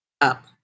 up